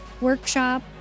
workshop